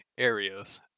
Arios